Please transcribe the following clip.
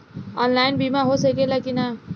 Online बीमा हो सकेला की ना?